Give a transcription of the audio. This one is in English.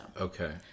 Okay